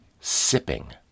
sipping